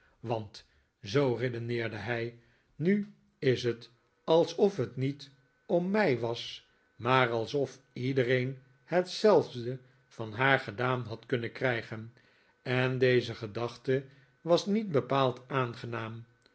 want zoo redeneerde hij nu is het alsof het niet om mij was maar alsof iedereen hetzelfde van haar gedaan had kunnen krijgen en deze gedachte was niet bepaald aangenaam